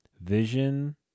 Vision